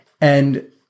And-